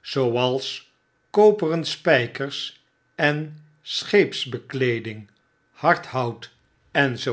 zooals koperen spijkers en scheepsbekleeding hard hout enz